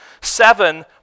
seven